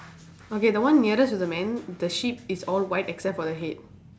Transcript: okay the one nearest to the man the sheep is all white except for the head